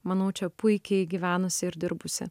manau čia puikiai gyvenusi ir dirbusi